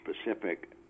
specific